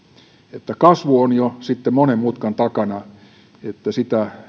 kasvu on jo sitten monen mutkan takana eikä sitä